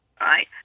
Right